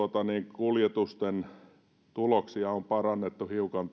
kuljetusten tuloksia on parannettu hiukan